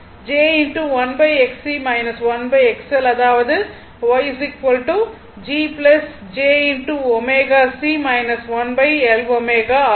அதாவது ஆகும்